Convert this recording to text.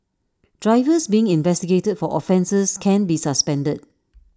drivers being investigated for offences can be suspended